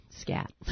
scat